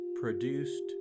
produced